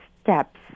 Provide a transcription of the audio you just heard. steps